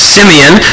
Simeon